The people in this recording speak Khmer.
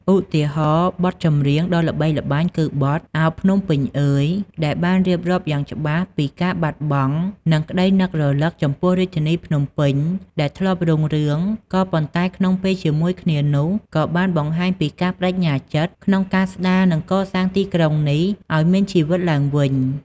ឧទាហរណ៍បទចម្រៀងដ៏ល្បីល្បាញគឺបទ "ឱ! ភ្នំពេញអើយ" ដែលបានរៀបរាប់យ៉ាងច្បាស់ពីការបាត់បង់ និងក្តីនឹករលឹកចំពោះរាជធានីភ្នំពេញដែលធ្លាប់រុងរឿង ក៏ប៉ុន្តែក្នុងពេលជាមួយគ្នានោះ ក៏បានបង្ហាញពី ការប្ដេជ្ញាចិត្ត ក្នុងការស្តារ និងកសាងទីក្រុងនេះឲ្យមានជីវិតឡើងវិញ។